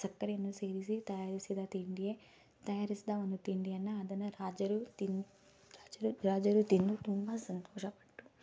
ಸಕ್ಕರೆಯನ್ನು ಸೇರಿಸಿ ತಯಾರಿಸಿದ ತಿಂಡಿಯೇ ತಯಾರಿಸಿದ ಒಂದು ತಿಂಡಿಯನ್ನು ಅದನ್ನು ರಾಜರು ತಿಂದ್ ರಾಜರು ತಿಂದ್ ರಾಜರು ತಿಂದು ತುಂಬ ಸಂತೋಷಪಟ್ಟು